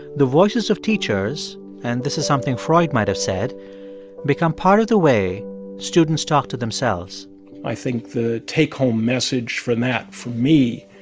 the voices of teachers and this is something freud might have said become part of the way students talk to themselves i think the take-home message from that for me